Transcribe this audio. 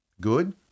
Good